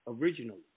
originally